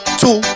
two